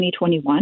2021